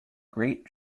great